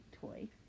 toy